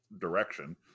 direction